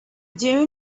dune